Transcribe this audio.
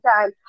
time